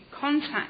contact